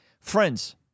Friends